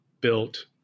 built